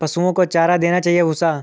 पशुओं को चारा देना चाहिए या भूसा?